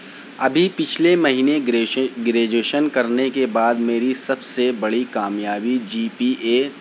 ابھی پچھلے مہینے گریجویشن کرنے کے بعد میری سب سے بڑی کامیابی جی پی اے